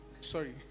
Sorry